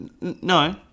No